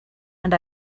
and